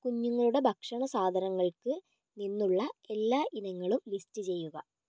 കുഞ്ഞുങ്ങളുടെ ഭക്ഷണ സാധനങ്ങൾക്ക് നിന്നുള്ള എല്ലാ ഇനങ്ങളും ലിസ്റ്റ് ചെയ്യുക